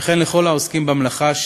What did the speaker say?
וכן לכל העוסקים במלאכה,